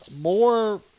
more